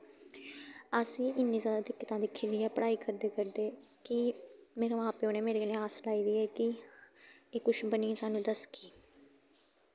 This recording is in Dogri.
असें इन्नी जैदा दिक्कतां दिक्खी दियां पढ़ाई करदे करदे कि मेरे मां प्यो ने मेरे कन्नै आस लाई दी ऐ कि एह् कुछ बनियै सानूं दस्सगी